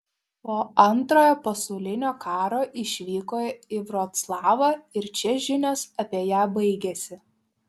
po antrojo pasaulinio karo išvyko į vroclavą ir čia žinios apie ją baigiasi